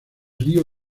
río